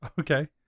Okay